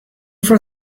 for